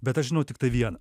bet aš žinau tiktai vieną